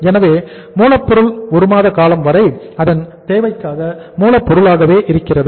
எனவே மூலப்பொருள் 1 மாத காலம் வரை அதன் தேவைக்காக மூலப்பொருள்களாகவே இருக்கிறது